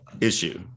issue